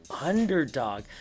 underdog